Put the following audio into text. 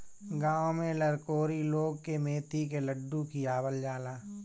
गांव में लरकोरी लोग के मेथी के लड्डू खियावल जाला